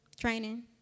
training